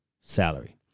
salary